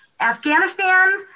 Afghanistan